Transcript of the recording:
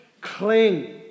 cling